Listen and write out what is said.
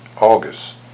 August